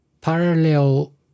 parallel